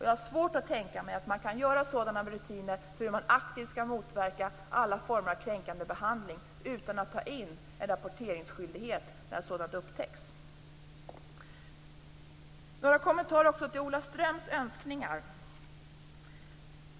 Jag har svårt att tänka mig att man kan ta fram sådana rutiner för hur man aktivt skall motverka alla former av kränkande behandling utan att ta in rapporteringsskyldighet när sådant upptäcks. Jag har också några kommentarer till Ola Ströms önskningar.